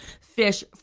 Fish